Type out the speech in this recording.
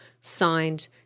signed